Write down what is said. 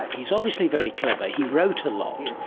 he's obviously very clever, he wrote a lot,